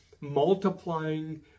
multiplying